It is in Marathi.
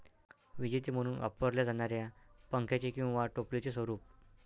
विजेते म्हणून वापरल्या जाणाऱ्या पंख्याचे किंवा टोपलीचे स्वरूप